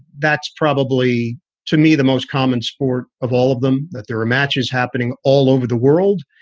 that's probably to me the most common sport of all of them, that there are matches happening all over the world.